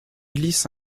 glisse